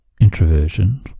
introversion